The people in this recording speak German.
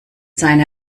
seine